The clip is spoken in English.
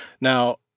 Now